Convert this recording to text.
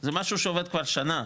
זה משהו שעובד כבר שנה,